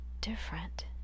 different